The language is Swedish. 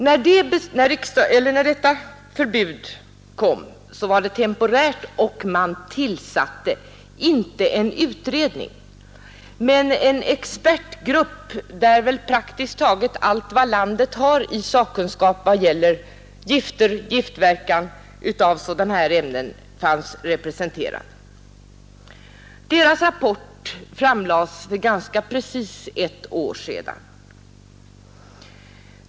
När förbudet infördes var det som sagt temporärt, och man tillsatte inte en utredning utan en expertgrupp, där väl praktiskt taget allt vad landet har av sakkunskap vad gäller gifter och giftverkan av sådana här ämnen fanns representerat. Arbetsgruppens rapport framlades för ganska precis ett år sedan.